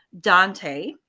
Dante